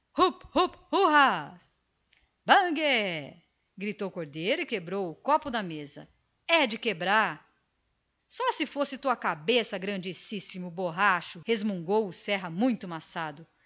hurra bangüê gritou cordeiro e quebrou o copo na mesa é de quebrar só se fosse a tua cabeça grandíssimo borracho resmungou o serra muito maçado